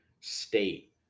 state